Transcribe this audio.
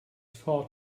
far